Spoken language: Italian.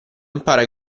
impara